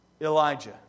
Elijah